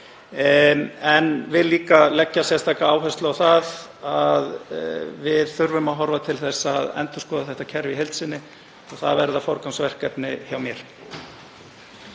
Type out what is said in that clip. ég vil líka leggja sérstaka áherslu á að við þurfum að horfa til þess að endurskoða þetta kerfi í heild sinni og það verður forgangsverkefni hjá mér.